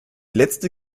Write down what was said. letzte